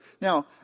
now